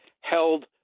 held